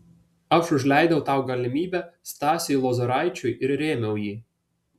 aš užleidau tą galimybę stasiui lozoraičiui ir rėmiau jį